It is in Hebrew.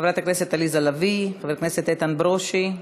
חברת הכנסת עליזה לביא, חבר הכנסת איתן ברושי,